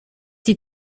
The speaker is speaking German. die